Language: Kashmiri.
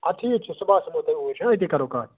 اَدٕ ٹھیٖک چھُ صبُحس یِمَو تیٚلہِ اوٗرۍ أتی کَرو کتھ